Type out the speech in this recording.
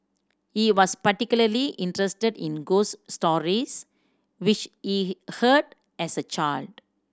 he was particularly interested in ghost stories which he heard as a child